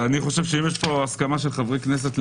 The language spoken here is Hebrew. אני חושב שאם יש כאן הסכמה של חברי הכנסת על